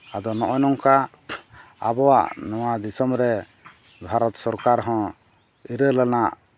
ᱟᱫᱚ ᱱᱚᱜᱼᱚᱭ ᱱᱚᱝᱠᱟ ᱟᱵᱚᱣᱟᱜ ᱱᱚᱣᱟ ᱫᱤᱥᱚᱢ ᱨᱮ ᱵᱷᱟᱨᱚᱛ ᱥᱚᱨᱠᱟᱨ ᱦᱚᱸ ᱤᱨᱟᱹᱞᱟᱱᱟᱜ